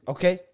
Okay